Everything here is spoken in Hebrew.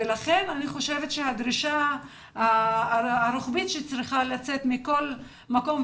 אני חושבת שהדרישה הרוחבית שצריכה לצאת מכל מקום,